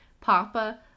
Papa